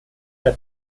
der